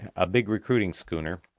a big recruiting schooner,